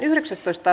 asia